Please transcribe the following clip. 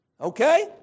Okay